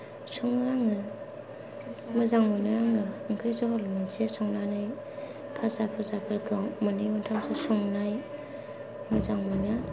सङो आङो मोजां मोनो आङो ओंख्रि जहल मोनसे संनानै फाजा फुजा फोरखौ मोननै मोनथामसो संनाय मोजां मोनो